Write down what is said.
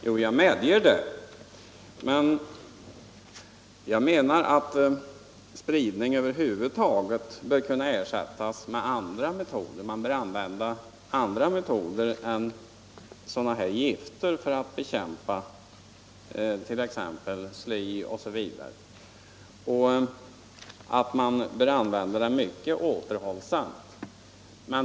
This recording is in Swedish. Herr talman! Jo, jag medger det. Men jag menar att spridning över huvud taget bör kunna ersättas med andra metoder. Man bör använda annat än gifter för att bekämpa t.ex. sly o. d. eller använda dem mycket 7” återhållsamt.